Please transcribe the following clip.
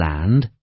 Land